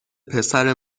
پسر